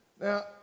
Now